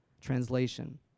translation